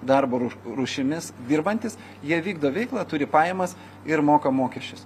darbo rūšimis dirbantys jie vykdo veiklą turi pajamas ir moka mokesčius